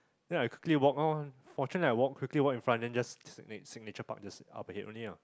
then I quickly walk ah fortunately I walk quickly walk in front then just signature park just up ahead only ah